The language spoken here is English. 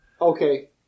Okay